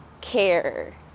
care